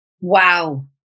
Wow